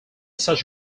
such